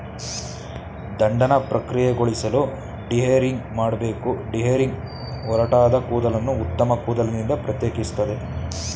ದಂಡನ ಪ್ರಕ್ರಿಯೆಗೊಳಿಸಲು ಡಿಹೇರಿಂಗ್ ಮಾಡ್ಬೇಕು ಡಿಹೇರಿಂಗ್ ಒರಟಾದ ಕೂದಲನ್ನು ಉತ್ತಮ ಕೂದಲಿನಿಂದ ಪ್ರತ್ಯೇಕಿಸ್ತದೆ